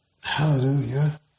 hallelujah